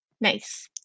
Nice